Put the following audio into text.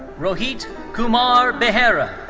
rohit kumar behera.